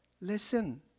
listen